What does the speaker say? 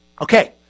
Okay